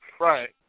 Right